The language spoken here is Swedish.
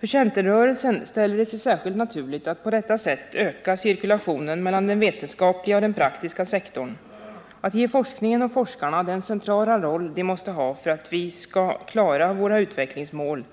För centerrörelsen ställer det sig särskilt naturligt att på detta sätt öka cirkulationen mellan den vetenskapliga och den praktiska sektorn, att ge forskningen och forskarna den centrala roll de måste ha för att vi skall klara våra utvecklingsmål